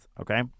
Okay